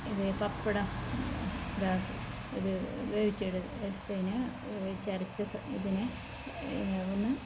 ഇത് പപ്പടം ഇതാക്കി ഇത് ഉപയോഗിച്ച് എടുത്തതിന് വേവിച്ച് അരച്ച ഇതിന് ഒന്ന്